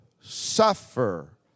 suffer